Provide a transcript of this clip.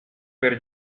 per